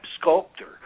sculptor